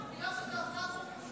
בגלל שזו הצעת חוק חשובה,